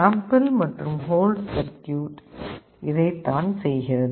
sample மற்றும் hold circuit இதைத்தான் செய்கிறது